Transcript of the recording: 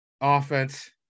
Offense